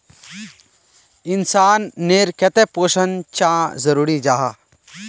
इंसान नेर केते पोषण चाँ जरूरी जाहा?